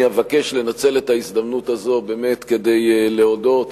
אני אבקש לנצל את ההזדמנות הזו כדי להודות